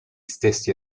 stessi